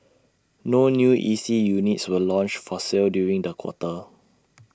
no new E C units were launched for sale during the quarter